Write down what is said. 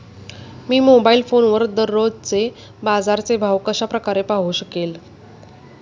मी mobile फोनवर दररोजचे बाजाराचे भाव कशा प्रकारे पाहू शकेल?